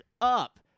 up